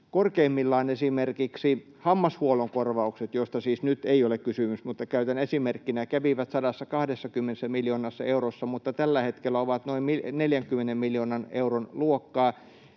Korkeimmillaan esimerkiksi hammashuollon korvaukset — joista siis nyt ei ole kysymys, mutta käytän esimerkkinä — kävivät 120 miljoonassa eurossa mutta tällä hetkellä ovat noin 40 miljoonan euron luokkaa.